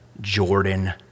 Jordan